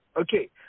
Okay